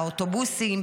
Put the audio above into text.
באוטובוסים,